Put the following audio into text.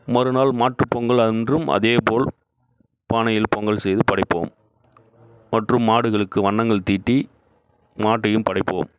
மறுநாள் மாட்டுப்பொங்கல் அன்றும் அதே போல் பானையில் பொங்கல் செய்து படைப்போம் மற்றும் மாடுகளுக்கு வண்ணங்கள் தீட்டி மாட்டையும் படைப்போம்